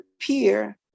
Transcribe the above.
appear